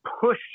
push